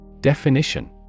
Definition